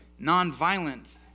nonviolent